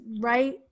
right